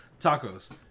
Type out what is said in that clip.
tacos